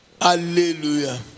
Hallelujah